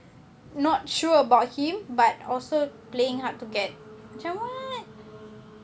not sure about him but also playing hard to get macam mana